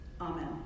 Amen